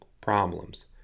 problems